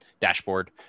dashboard